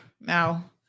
now